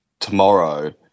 tomorrow